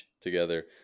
together